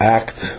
act